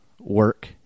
work